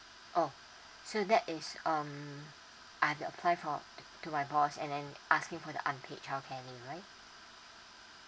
oh so that is um other apply for to to my boss and then asking for the unpaid childcare leave